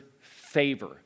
favor